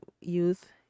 youth